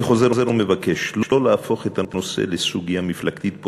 אני חוזר ומבקש לא להפוך את הנושא לסוגיה מפלגתית-פוליטית.